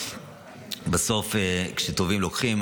בסוף, כשטובים, לוקחים.